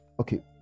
Okay